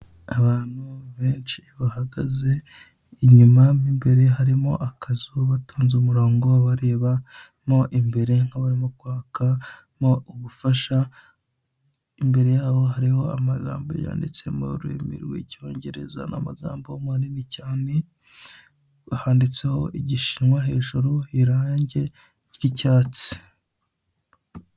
Abantu benshi bahagaze inyuma, mo imbere harimo akazu, batonze umurongo bareba mo imbere nk'abarimo kwakamo ubufasha, imbere yabo hariho amagambo yanditse mu rurimi rw'icyongereza, ni amagambo manini cyane, handitseho igishinwa hejuru, irangi ry'icyatsi.